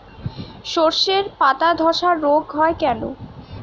শর্ষের পাতাধসা রোগ হয় কেন?